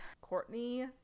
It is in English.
Courtney